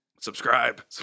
Subscribe